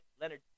Leonard